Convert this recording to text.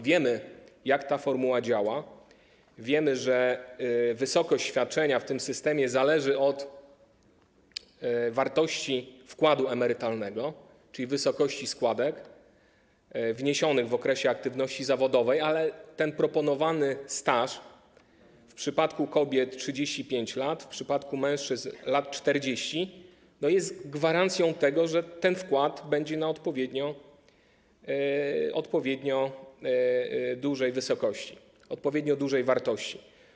Wiemy, jak ta formuła działa, wiemy, że wysokość świadczenia w tym systemie zależy od wartości wkładu emerytalnego, czyli wysokości składek wniesionych w okresie aktywności zawodowej, ale ten proponowany staż, w przypadku kobiet - 35 lat, w przypadku mężczyzn - 40 lat, jest gwarancją tego, że ten wkład będzie odpowiednio dużej wartości.